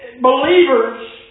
believers